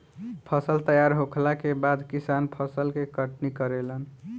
फसल तैयार होखला के बाद किसान फसल के कटनी करेलन